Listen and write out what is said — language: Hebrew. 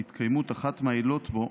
בהתקיימות אחת מהעילות בו,